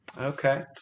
Okay